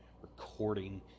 recording